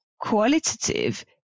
qualitative